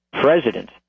president